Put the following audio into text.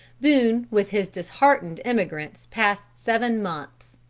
boone with his disheartened emigrants passed seven months.